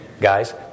guys